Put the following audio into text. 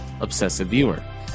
obsessiveviewer